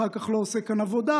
אחר כך לא עושה כאן עבודה.